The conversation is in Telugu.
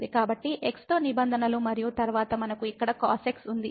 కాబట్టి x తో నిబంధనలు మరియు తరువాత మనకు ఇక్కడ cos x ఉంది